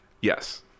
yes